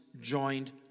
joined